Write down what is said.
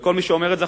וכל מי שאומר את זה,